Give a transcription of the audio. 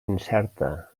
incerta